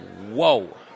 Whoa